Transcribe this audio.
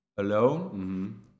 alone